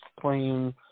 playing